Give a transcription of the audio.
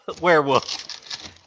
werewolf